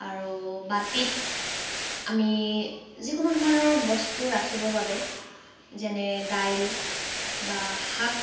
আৰু বাটিত আমি যিকোনো ধৰণৰ বস্তু ৰাখিবৰ বাবে যেনে দাইল বা শাক